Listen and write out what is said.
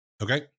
Okay